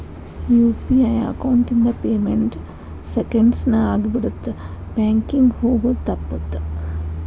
UPI account ಇಂದ payment seconds ನ ಆಗಿಬಿಡತ್ತ ಬ್ಯಾಂಕಿಂಗ್ ಹೋಗೋದ್ ತಪ್ಪುತ್ತ